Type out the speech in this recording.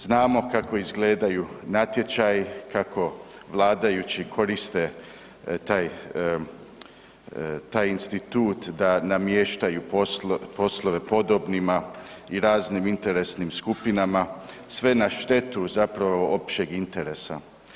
Znamo kako izgledaju natječaji, kako vladajući koriste taj institut da namještaju poslove podobnima i raznim interesnim skupinama, sve na štetu zapravo općeg interesa.